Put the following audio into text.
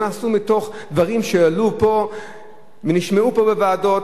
הם לא נעשו מתוך דברים שעלו פה ונשמעו פה בוועדות?